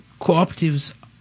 cooperatives